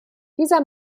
dieser